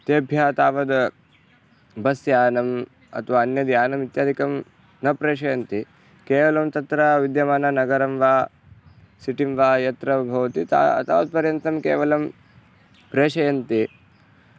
तेभ्यः तावद् बस्यानम् अथवा अन्यद् यानम् इत्यादिकं न प्रेषयति केवलं तत्र विद्यमाननगरं वा सिटिं वा यत्र भवति ता तावत्पर्यन्तं केवलं प्रेषयन्ति